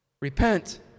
Repent